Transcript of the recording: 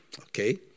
okay